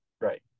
Right